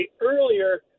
earlier